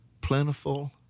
plentiful